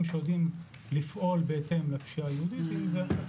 שיודעים לפעול בהתאם לפשיעה היהודית ובהתאם